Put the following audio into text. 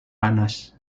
panas